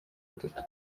atatu